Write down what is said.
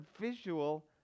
visual